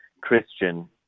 Christian